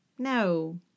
No